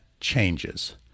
changes